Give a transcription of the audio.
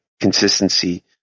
consistency